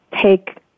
take